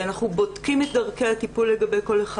אנחנו בודקים את דרכי הטיפול לגבי כל אחד.